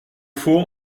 fond